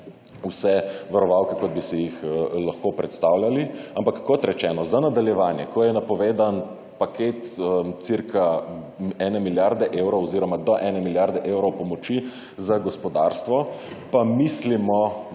vse varovalke, kot bi si jih lahko predstavljali. Ampak kot rečeno, za nadaljevanje, ko je napovedan paket cirka ene milijarde evrov oziroma do ene milijarde evrov pomoči za gospodarstvo, pa mislimo